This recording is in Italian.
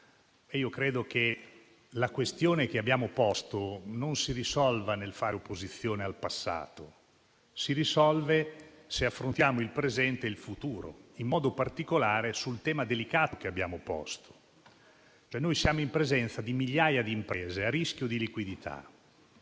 Credo che la questione che abbiamo posto non si risolva nel fare opposizione al passato, ma si risolva se affrontiamo il presente e il futuro, in modo particolare sul tema delicato che abbiamo posto. Siamo infatti in presenza di migliaia di imprese a rischio di liquidità